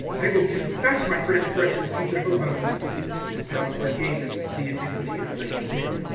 i wul confess my transgressions to jehovah and thou forgavest the iniquity of my sin.